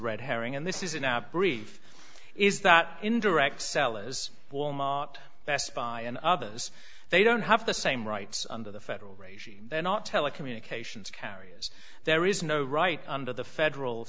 red herring and this is in our brief is that indirect sellers walmart best buy and others they don't have the same rights under the federal regime they're not telecommunications carriers there is no right under the federal